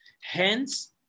Hence